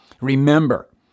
Remember